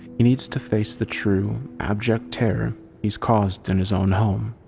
he needs to face the true, abject terror he's caused in his own home.